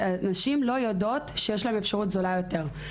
ונשים לא יודעות שיש להן אפשרות זולה יותר.